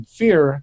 fear